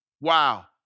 Wow